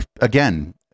again